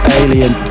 alien